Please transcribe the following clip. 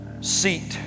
seat